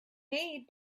made